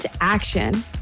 action